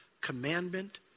commandment